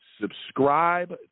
subscribe